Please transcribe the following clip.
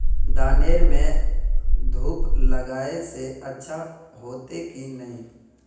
धानेर में धूप लगाए से अच्छा होते की नहीं?